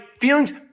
feelings